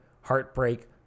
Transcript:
heartbreak